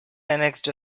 annexed